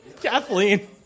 Kathleen